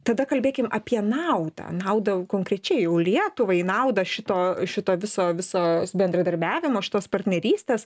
tada kalbėkim apie naudą naudą konkrečiai jau lietuvai naudą šito šito viso viso bendradarbiavimo šitos partnerystės